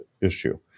issue